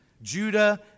Judah